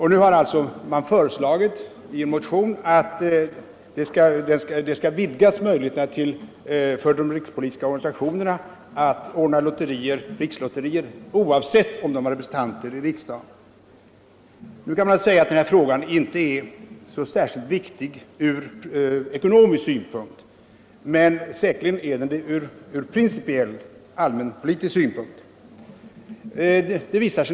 I motionen föreslås att möjligheterna skall vidgas för rikspolitiska organisationer att ordna rikslotterier oavsett om organisationerna är representerade i riksdagen. Man kan säga att denna fråga inte är så särskilt viktig från ekonomisk synpunkt, men säkerligen är den det från principiell allmänpolitisk synpunkt.